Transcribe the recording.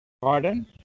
Pardon